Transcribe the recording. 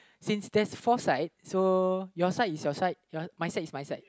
since there's four sides so your side is your side my side is my side